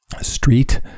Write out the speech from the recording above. street